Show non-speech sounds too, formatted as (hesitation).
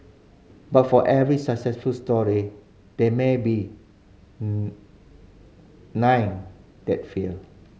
but for every successful story there may be (hesitation) nine that failed